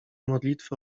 modlitwy